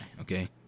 okay